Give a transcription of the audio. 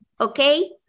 okay